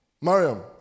Mariam